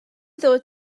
ddod